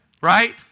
Right